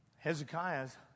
Hezekiah's